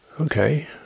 okay